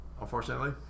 Unfortunately